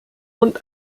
und